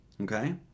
okay